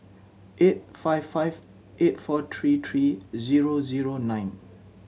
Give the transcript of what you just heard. eight five five eight four three three zero zero nine